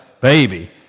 baby